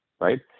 right